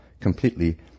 completely